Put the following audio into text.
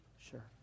sure